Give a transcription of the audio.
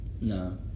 No